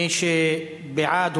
מי שבעד,